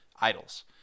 idols